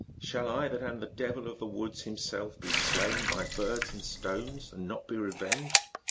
shall i that am the devil of the woods him self be slain by birds and stones, and not be re venged?